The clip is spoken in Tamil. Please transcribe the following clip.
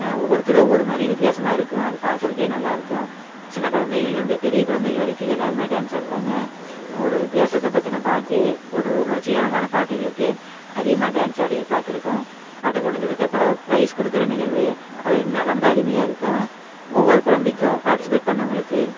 ஒவ்வொருத்தர் ஒவ்வொரு மாதிரி வித்தியாசமாக இருக்கும் அது பார்க்கறக்கே நல்லாயிருக்கும் சின்ன குழந்தைகள்லேந்து பெரிய குழந்தைகள் வரைக்கும் எல்லாருமே டான்ஸ் ஆடுவாங்கள் ஒரு தேசத்தை பற்றின பாட்டு ஒரு உணர்ச்சிகரமான பாட்டுகளுக்கு அதிகமாக டான்ஸ் ஆடி பார்த்துருக்கோம் அது முடிஞ்சதுக்கப்புறம் ப்ரைஸ் கொடுக்குற நிகழ்வு அது இன்னும் ரொம்ப அருமையாக இருக்கும் ஒவ்வொரு குழந்தைக்கும் பார்ட்டிசிபேட் பண்ணவங்களுக்கு